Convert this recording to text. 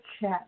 chat